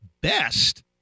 best